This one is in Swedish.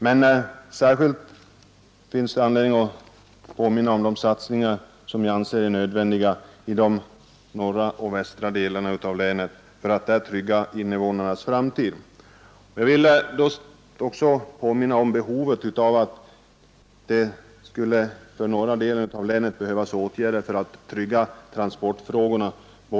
Men alldeles särskilt finner jag satsningar nödvändiga i den norra och västra delen av länet för att där trygga invånarnas framtid. Jag vill också påminna om behovet av åtgärder i norra delen av länet för att trygga transporterna.